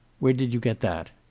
where did you get that?